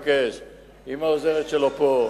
אם העוזרת שלו פה,